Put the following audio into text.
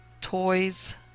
toys